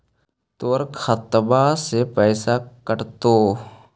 तोर खतबा से पैसा कटतो?